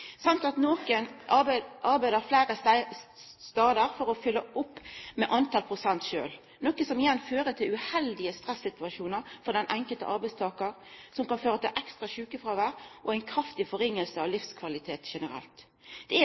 at nokon arbeider fleire stader for å fylla opp prosenten sjølv. Det fører igjen til uheldige stressituasjonar for den enkelte arbeidstakaren og kan føra til ekstra sjukefråvær og ei kraftig forverring av livskvaliteten generelt. Det er